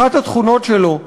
אחת התכונות שלו,